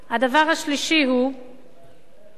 הדבר השלישי הוא שאנחנו